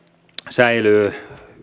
säilyy